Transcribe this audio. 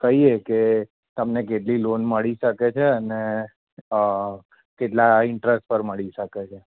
કહીએ કે તમને કેટલી લોન મળી શકે છે અને કેટલા ઇન્ટરેસ્ટ પર મળી શકે છે